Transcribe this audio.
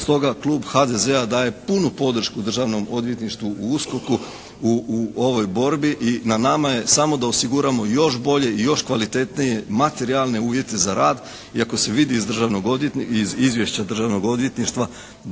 Stoga Klub HDZ-a daje punu podršku Državnom odvjetništvu i USKOK-u u ovoj borbi i na nama je samo da osiguramo još bolje i još kvalitetnije materijalne uvjete za rad i ako se vidi iz izvješća Državnog odvjetništva